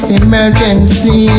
emergency